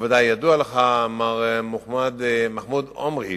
בוודאי ידוע לך, מר מחמוד עומרי